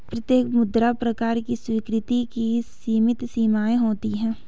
प्रत्येक मुद्रा प्रकार की स्वीकृति की सीमित सीमाएँ होती हैं